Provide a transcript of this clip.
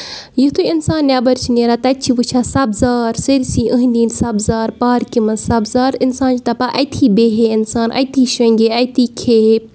یَتھُے اِنسان نیبر چھُ نیران تَتہِ چھُ وٕچھان سَبزار سٲرسٕے أنٛدۍ أنٛدۍ سَبزار پارکہِ منٛز سَبزار اِنسان چھ دَپان أتھی بیہہِ ہے اِنسان أتھی شۄنگہِ ہے أتی کھٮ۪ے ہے